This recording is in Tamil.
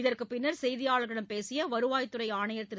இதற்குப் பின்னர் செய்தியாளர்களிடம் பேசியவருவாய்த்துறைஆணையர் திரு